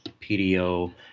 pdo